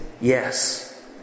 yes